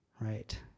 right